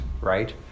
right